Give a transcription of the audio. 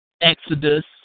Exodus